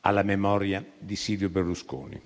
alla memoria di Silvio Berlusconi.